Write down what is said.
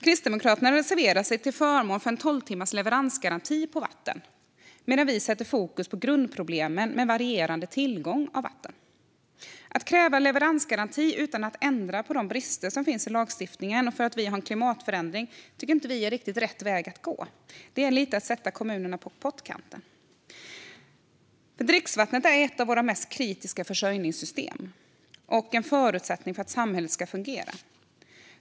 Kristdemokraterna reserverar sig till förmån för en tolvtimmars leveransgaranti för vatten, medan vi sätter fokus på grundproblemen med varierande tillgång på vatten. Att kräva leveransgaranti utan att ändra på de brister som finns i lagstiftningen, och när vi har en klimatförändring, tycker inte vi är riktigt rätt väg att gå. Det är lite att sätta kommunerna på pottkanten. Dricksvattnet är ett av våra mest kritiska försörjningssystem och en förutsättning för att samhället ska fungera.